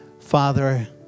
Father